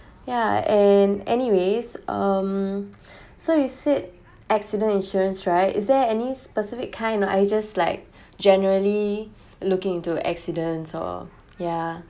yeah and anyways um so you said accident insurance right is there any specific kind or is just like generally looking into accidents or yeah